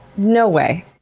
no way.